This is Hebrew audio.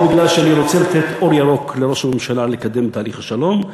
או בגלל שאני רוצה לתת אור ירוק לראש הממשלה לקדם את תהליך השלום.